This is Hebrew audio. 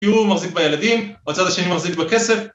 כי הוא מחזיק בילדים, והצד השני מחזיק בכסף.